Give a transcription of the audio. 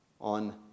on